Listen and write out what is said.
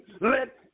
let